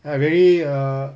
ah very err